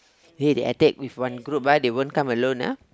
they they attack with one group ah they won't come alone ah